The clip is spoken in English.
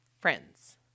friends